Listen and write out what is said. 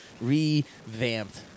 revamped